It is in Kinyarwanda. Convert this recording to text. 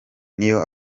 niyo